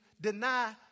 deny